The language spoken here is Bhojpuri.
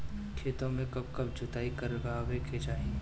खेतो में कब कब जुताई करावे के चाहि?